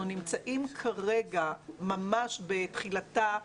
אנחנו נמצאים כרגע ממש בתחילתה,